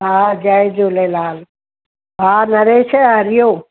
हा जय झूलेलाल हा नरेश हरी ओम